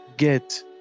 get